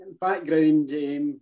background